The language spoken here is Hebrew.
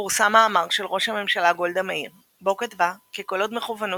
פורסם מאמר של ראש הממשלה גולדה מאיר בו כתבה כי ”כל עוד מכוונות